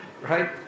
Right